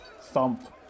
thump